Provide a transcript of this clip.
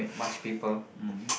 mm